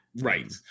Right